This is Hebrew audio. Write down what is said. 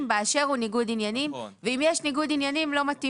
באשר שהוא ניגוד עניינים ואם יש ניגוד עניינים לא מתאים